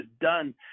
done